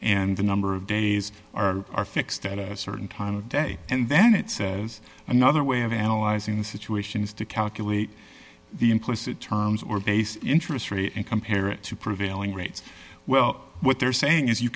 and the number of days are are fixed at a certain time of day and then it says another way of analyzing the situation is to calculate the implicit terms or base interest rate and compare it to prevailing rates well what they're saying is you